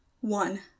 One